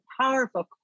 powerful